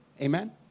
Amen